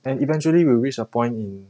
and eventually we will reach a point in